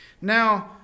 Now